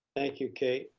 thank you, kate.